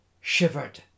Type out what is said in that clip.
shivered